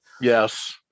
yes